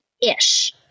ish